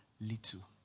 little